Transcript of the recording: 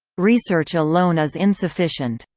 research alone is insufficient.